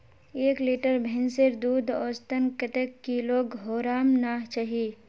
एक लीटर भैंसेर दूध औसतन कतेक किलोग्होराम ना चही?